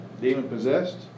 demon-possessed